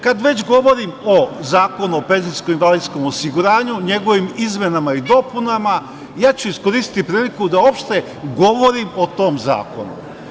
Kad već govorim o Zakonu o penzijsko-invalidskom osiguranju, njegovim izmenama i dopunama, ja ću iskoristi priliku da uopšte govorim o tom zakonu.